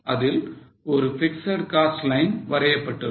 அதில் ஒரு fixed cost line வரையப்பட்டிருக்கும்